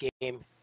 game